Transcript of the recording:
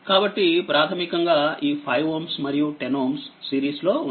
కాబట్టిప్రాథమికంగా ఈ5Ωమరియు10Ω సిరీస్లో ఉన్నాయి